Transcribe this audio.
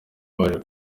baje